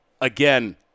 again